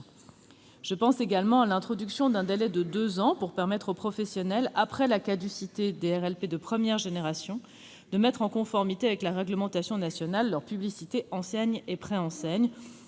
Je pense ensuite à l'introduction d'un délai de deux ans pour permettre aux professionnels, après la caducité des RLP de première génération, de mettre en conformité avec la réglementation nationale leurs publicités, enseignes et préenseignes.